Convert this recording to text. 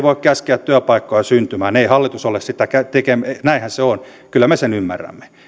voi käskeä työpaikkoja syntymään ei hallitus ole sitä tekemässä näinhän se on kyllä me sen ymmärrämme